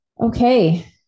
Okay